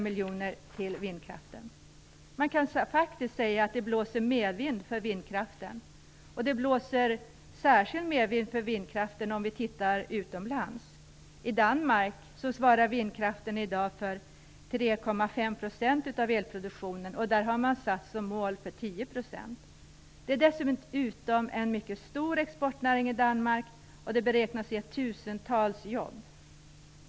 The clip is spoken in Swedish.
Man kan faktiskt säga att det blåser medvind för vindkraften, och det gäller särskilt utomlands. I Danmark svarar vindkraften i dag för 3,5 % av elproduktionen. Målet där är satt till 10 %. Vindkraften är dessutom i Danmark en mycket stor exportnäring, som beräknas ge tusentals jobb.